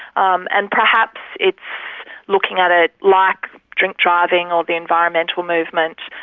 um and perhaps it's looking at it like drink-driving or the environmental movement.